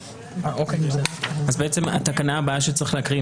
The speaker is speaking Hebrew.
התקנה הבאה שצריך להקריא היא